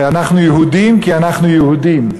אנחנו יהודים כי אנחנו יהודים,